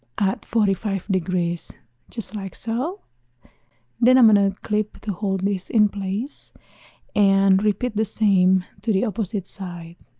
at forty five degrees just like so then i'm gonna clip to hold this in place and repeat the same to the opposite side